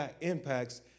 impacts